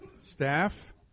staff